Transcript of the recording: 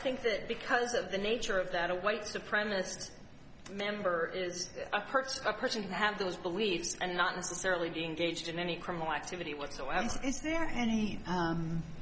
think that because of the nature of that a white supremacist member is a person a person who have those beliefs and not necessarily be engaged in any criminal activity whatsoever is there any